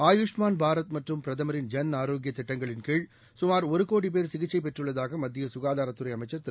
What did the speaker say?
ஆயுஷ்மான் பாரத் மற்றும் பிரதமரின் ஜன் ஆரோக்ய திட்டங்களின் கீழ் சுமார் ஒரு கோடி பேர் சிகிச்சை பெற்றுள்ளதாக மத்திய சுகாதாரத் துறை அமைச்சர் திரு